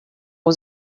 was